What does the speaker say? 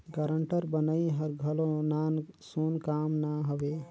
guarantor बनई हर घलो नानसुन काम ना हवे